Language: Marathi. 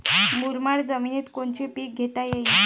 मुरमाड जमिनीत कोनचे पीकं घेता येईन?